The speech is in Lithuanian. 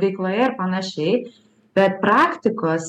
veikloje ir panašiai bet praktikos